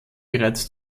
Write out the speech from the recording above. bereits